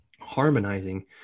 harmonizing